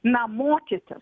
na mokytis